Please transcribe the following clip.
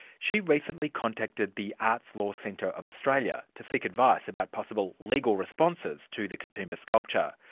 she recently contacted the arts law centre of australia to seek advice about possible legal responses to the katoomba sculpture.